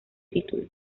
título